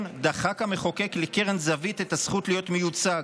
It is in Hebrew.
דחק המחוקק לקרן זווית את הזכות להיות מיוצג.